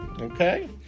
Okay